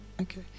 okay